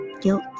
Guilt